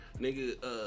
nigga